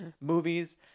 Movies